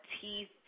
teeth